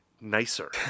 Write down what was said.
nicer